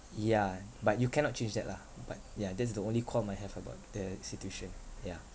yeah but you cannot change that lah but yeah that's the only con I have about the situation yeah